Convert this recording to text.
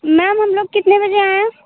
ma'am हम लोग कितने बजे आएँ